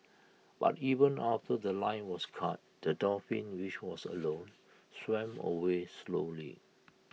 but even after The Line was cut the dolphin which was alone swam away slowly